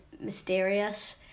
mysterious